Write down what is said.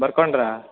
ಬರ್ಕೊಂಡ್ರಾ